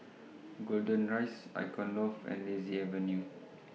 Golden Rise Icon Loft and Daisy Avenue